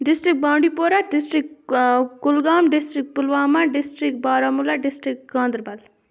district Bandipora district Kulgam district Pulwama district Baramulla district Ganderbal